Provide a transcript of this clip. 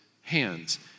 hands